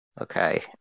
Okay